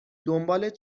دنبال